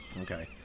okay